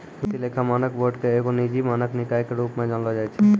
वित्तीय लेखा मानक बोर्ड के एगो निजी मानक निकाय के रुपो मे जानलो जाय छै